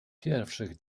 pierwszych